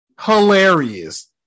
hilarious